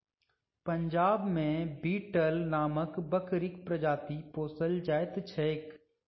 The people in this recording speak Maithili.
पंजाब मे बीटल नामक बकरीक प्रजाति पोसल जाइत छैक